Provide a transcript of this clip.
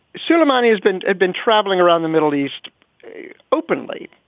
suleimani has been had been travelling around the middle east openly.